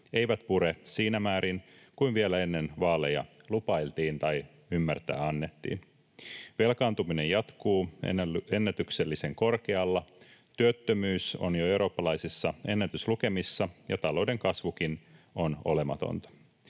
eivät pure siinä määrin kuin vielä ennen vaaleja lupailtiin tai ymmärtää annettiin. Velkaantuminen jatkuu ennätyksellisen korkealla, työttömyys on jo eurooppalaisissa ennätyslukemissa ja talouden kasvukin on olematonta.